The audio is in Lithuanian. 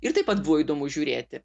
ir taip pat buvo įdomu žiūrėti